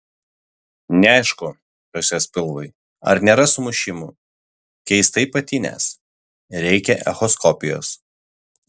neaišku kas jos pilvui ar nėra sumušimų keistai patinęs reikia echoskopijos